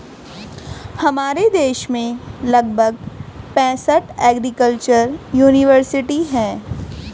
हमारे देश में लगभग पैंसठ एग्रीकल्चर युनिवर्सिटी है